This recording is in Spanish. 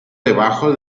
debajo